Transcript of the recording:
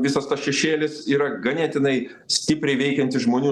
visas tas šešėlis yra ganėtinai stipriai veikiantis žmonių